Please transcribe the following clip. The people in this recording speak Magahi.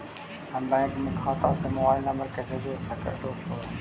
हम बैंक में खाता से मोबाईल नंबर कैसे जोड़ रोपबै?